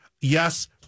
yes